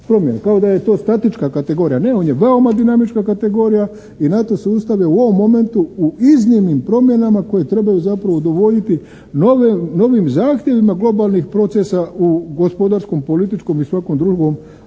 kao da je to statička kategorija. Ne, on je veoma dinamička kategorija i NATO sustav je u ovom momentu u iznimnim promjenama koje trebaju zapravo udovoljiti novim zahtjevima globalnih procesa u gospodarskom, političkom i svakom drugom